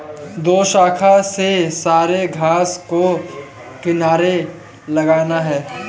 दोशाखा से सारे घास को किनारे लगाना है